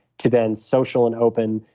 to then social and open,